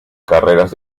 carreras